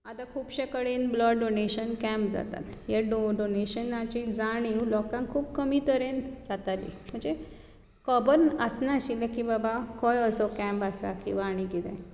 आतां खुबशे कडेन ब्लड डोनेशन कॅम्प जातात ह्या डोनेशनाची जाणीव लोकांक खूब कमी तरेन जाताली म्हणचें खबर आसनाशिल्ली की बाबा खंय असो कॅम्प आसा किंवा आनी कितें